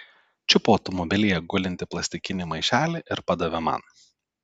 čiupo automobilyje gulintį plastikinį maišelį ir padavė man